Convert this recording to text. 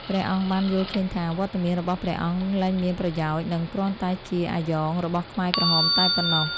ព្រះអង្គបានយល់ឃើញថា វត្តមានរបស់ព្រះអង្គលែងមានប្រយោជន៍ និងគ្រាន់តែជា «អាយ៉ង» របស់ខ្មែរក្រហមតែប៉ុណ្ណោះ។